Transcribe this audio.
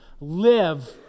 live